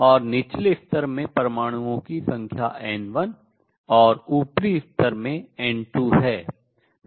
और निचले स्तर में परमाणुओं की संख्या N1 और ऊपरी स्तर में N2 है